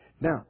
Now